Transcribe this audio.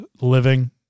living